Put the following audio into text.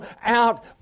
out